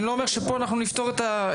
אני לא אומר שפה נפתור את הנושא.